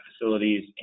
facilities